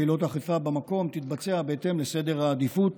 פעילות האכיפה במקום תתבצע בהתאם לסדר העדיפות